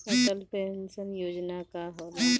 Atal pension Yojana का होला?